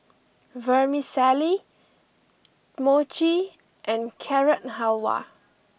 Vermicelli Mochi and Carrot Halwa